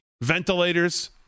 ventilators